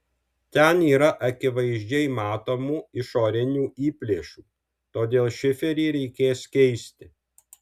ten yra akivaizdžiai matomų išorinių įplėšų todėl šiferį reikės keisti